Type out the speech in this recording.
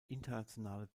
internationale